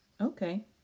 Okay